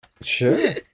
Sure